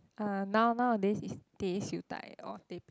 uh now nowadays is teh siew dai or teh peng